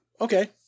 Okay